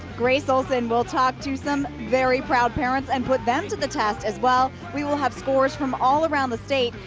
great olsen will talk to some very proud parents and put them to the test as well. we will have scores from all around the state.